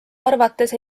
arvates